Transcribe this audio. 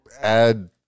add